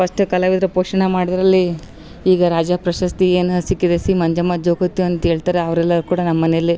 first ಕಲಾವಿದ್ರ ಪೋಷಣೆ ಮಾಡಿದ್ರಲ್ಲಿ ಈಗ ರಾಜ್ಯ ಪ್ರಶಸ್ತಿಯೇನ್ ಸಿಕ್ಕಿದೆ ಸಿ ಮಂಜಮ್ಮ ಜೋಗತಿ ಅಂತ ಹೇಳ್ತಾರೆ ಅವರೆಲ್ಲ ಕೂಡ ನಮ್ಮ ಮನೆಲ್ಲೇ